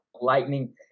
lightning